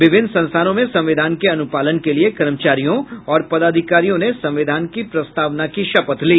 विभिन्न संस्थानों में संविधान के अनुपालन के लिए कर्मचारियों और पदाधिकारियों ने संविधान के प्रस्तावना की शपथ ली